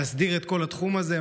להסדיר את כל התחום הזה,